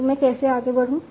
तो मैं कैसे आगे बढ़ूं